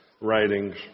writings